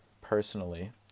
personally